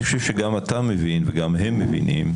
אני חושב שגם אתה מבין וגם הם מבינים,